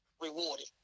rewarding